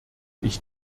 ich